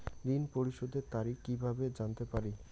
ঋণ পরিশোধের তারিখ কিভাবে জানতে পারি?